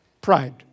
Pride